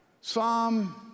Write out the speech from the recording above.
Psalm